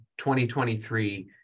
2023